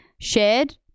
shared